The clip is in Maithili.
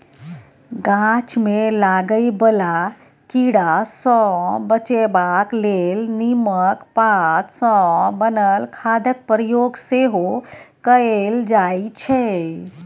गाछ मे लागय बला कीड़ा सँ बचेबाक लेल नीमक पात सँ बनल खादक प्रयोग सेहो कएल जाइ छै